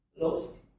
lost